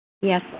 Yes